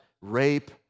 rape